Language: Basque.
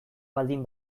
baldin